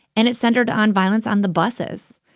and it centered on violence on the buses.